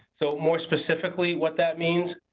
so more specifically, what that means,